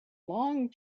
long